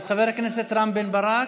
אז חבר הכנסת רם בן ברק,